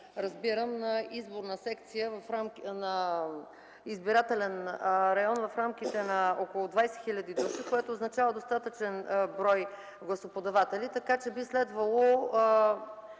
разбирам, на избирателен район в рамките на около 20 хил. души, което означава достатъчен брой гласоподаватели. Така че би следвало